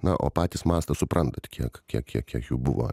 na o patys mąsto suprantat kiek kiek kiek kiek jų buvo